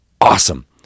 awesome